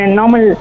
normal